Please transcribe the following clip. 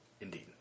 Indeed